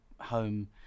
home